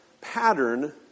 pattern